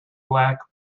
black